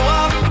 up